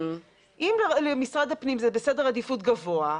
אם למשרד הפנים זה בסדר עדיפות גבוה,